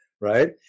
Right